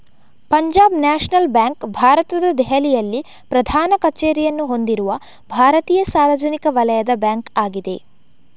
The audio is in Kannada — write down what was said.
ಪಂಜಾಬ್ ನ್ಯಾಷನಲ್ ಬ್ಯಾಂಕ್ ಭಾರತದ ದೆಹಲಿಯಲ್ಲಿ ಪ್ರಧಾನ ಕಚೇರಿಯನ್ನು ಹೊಂದಿರುವ ಭಾರತೀಯ ಸಾರ್ವಜನಿಕ ವಲಯದ ಬ್ಯಾಂಕ್ ಆಗಿದೆ